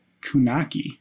Kunaki